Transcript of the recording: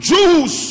Jews